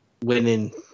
winning